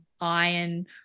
iron